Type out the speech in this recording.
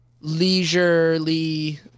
leisurely